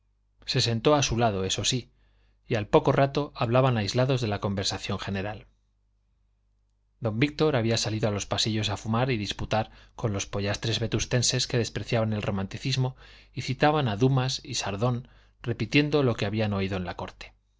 se sentó a su lado eso sí y al poco rato hablaban aislados de la conversación general don víctor había salido a los pasillos a fumar y disputar con los pollastres vetustenses que despreciaban el romanticismo y citaban a dumas y sardou repitiendo lo que habían oído en la corte